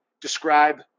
describe